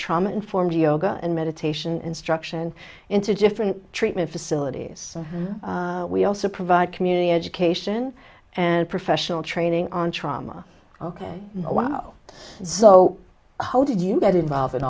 trauma informed yoga and meditation instruction into different treatment facilities we also provide community education and professional training on trauma ok one zero so how did you get involved in